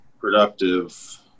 productive